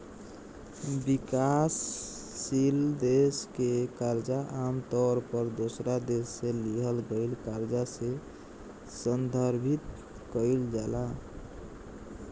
विकासशील देश के कर्जा आमतौर पर दोसरा देश से लिहल गईल कर्जा से संदर्भित कईल जाला